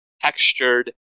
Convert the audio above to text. textured